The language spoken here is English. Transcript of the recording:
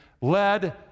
led